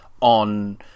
on